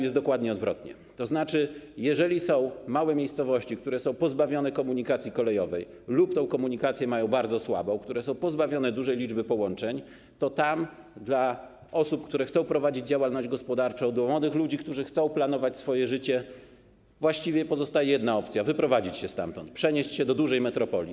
Jest dokładnie odwrotnie, tzn. jeżeli małe miejscowości są pozbawione komunikacji kolejowej lub tę komunikację mają bardzo słabą, są pozbawione dużej liczby połączeń, to dla osób, które chcą prowadzić działalność gospodarczą, dla młodych ludzi, którzy chcą planować swoje życie, właściwie pozostaje jedna opcja: wyprowadzić się stamtąd, przenieść się do dużej metropolii.